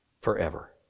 forever